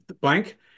blank